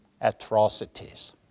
atrocities